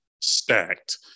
Stacked